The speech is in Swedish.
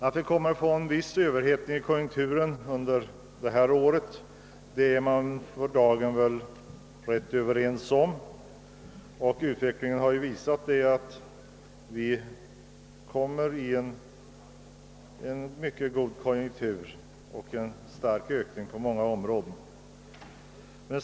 Att vi kommer att få en viss överhettning i konjunkturen under detta år är vi för dagen ganska överens om. Utvecklingen har också visat att vi är på väg in i en god konjunktur som utvecklar en mycket stark uppgång på många områden.